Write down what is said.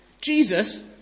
Jesus